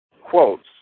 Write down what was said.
quotes